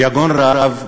ביגון רב,